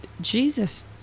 jesus